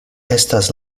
estas